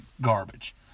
garbage